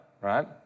Right